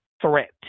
threat